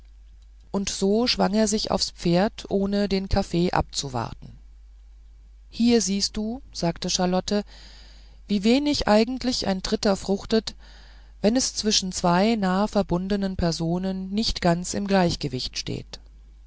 und so schwang er sich aufs pferd ohne den kaffee abzuwarten hier siehst du sagte charlotte wie wenig eigentlich ein dritter fruchtet wenn es zwischen zwei nah verbundenen personen nicht ganz im gleichgewicht steht